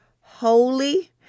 holy